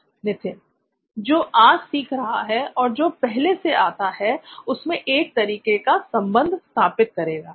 नित्थिन जो आज सीख रहा है और जो पहले से उसे आता है उसमें एक तरीके का संबंध स्थापित करेगा